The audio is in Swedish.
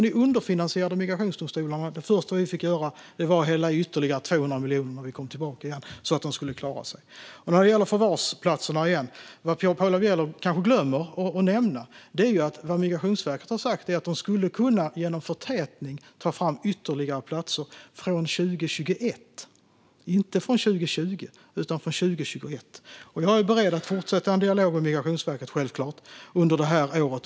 Ni underfinansierade migrationsdomstolarna, och det första vi fick göra när vi kom tillbaka var att hälla i ytterligare 200 miljoner så att de skulle klara sig. När det gäller förvarsplatserna kanske Paula Bieler glömmer att nämna att vad Migrationsverket har sagt är att de genom förtätning skulle kunna ta fram ytterligare platser från 2021, inte från 2020. Jag är självklart beredd att fortsätta att ha en dialog med Migrationsverket under det kommande året.